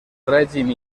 règim